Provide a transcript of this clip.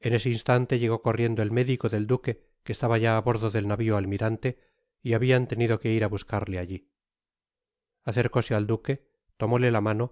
en ese instante llegó corriendo el médico del duque que estaba yaá bordo del navio almirante y habian tenido que ir á buscarle alli acercóse al duque tomóle la mano